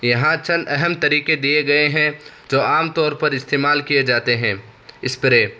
یہاں چند اہم طریقے دیے گئے ہیں جو عام طور پر استعمال کئے جاتے ہیں اسپرے